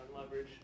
leverage